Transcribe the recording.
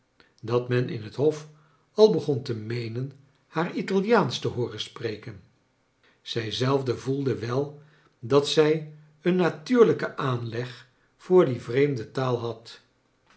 dat men in het hof al beg on te meenen haar italiaansch te hooren spreken zij zelve voelde wel dat zij een natuurlijken aanieg voor die vreemde taal had